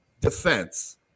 defense